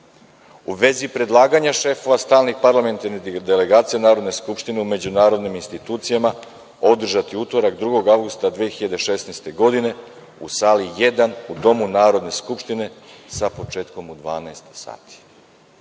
u vezi predlaganja šefova stalnih parlamentarnih delegacija Narodne skupštine u međunarodnim institucijama održati u utorak 2. avgusta 2016. godine u sali 1. u Domu Narodne skupštine sa početkom u 12 sati.